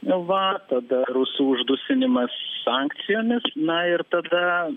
va tada rusų uždusinimas sankcijomis na ir tada